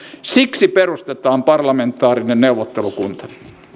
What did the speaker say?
siksi perustetaan parlamentaarinen neuvottelukunta